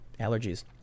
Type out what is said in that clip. allergies